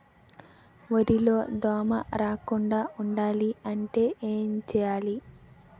వరిలో దోమ రాకుండ ఉండాలంటే ఏంటి చేయాలి?